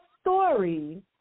story